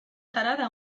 tarada